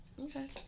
okay